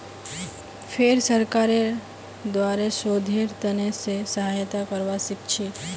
फेर सरकारेर द्वारे शोधेर त न से सहायता करवा सीखछी